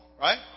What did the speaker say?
right